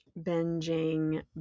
binging